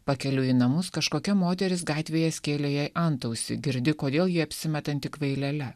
pakeliui į namus kažkokia moteris gatvėje skėlė jai antausį girdi kodėl ji apsimetanti kvailele